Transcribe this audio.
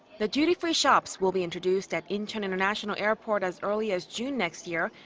the duty-free shops will be introduced at incheon international airport as early as june next year.